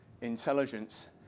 intelligence